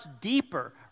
deeper